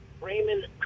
Raymond